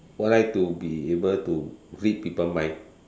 would like to be able to read people mind